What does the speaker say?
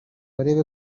arebe